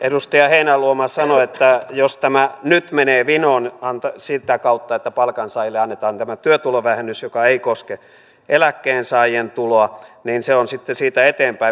edustaja heinäluoma sanoi että jos tämä nyt menee vinoon sitä kautta että palkansaajille annetaan tämä työtulovähennys joka ei koske eläkkeensaajien tuloa niin se on sitten siitä eteenpäin vinossa